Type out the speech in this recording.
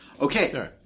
Okay